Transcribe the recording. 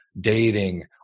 dating